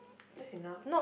that's enough